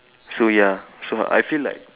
so ya so I feel like